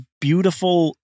beautiful